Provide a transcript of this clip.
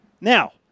Now